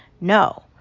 No